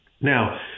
Now